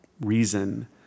reason